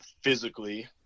physically